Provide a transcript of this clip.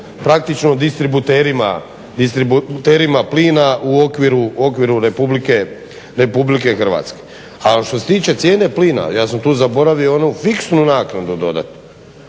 distributerima plina u okviru RH, ali što se tiče cijene plina, ja sam tu zaboravio onu fiksnu naknadu dodat.